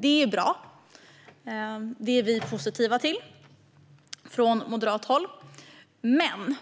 Det är bra, och det är vi från moderat håll positiva till. Men